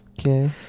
Okay